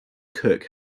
cook